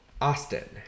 Austin